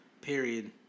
period